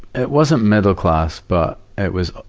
it wasn't middle class, but it was,